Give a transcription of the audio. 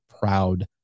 proud